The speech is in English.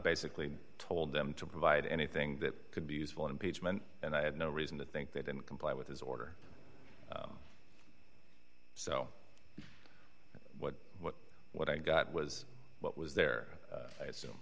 basically told them to provide anything that could be useful in impeachment and i had no reason to think they didn't comply with his order so what what what i got was what was there so i